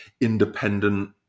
independent